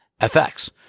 FX